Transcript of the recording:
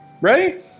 Ready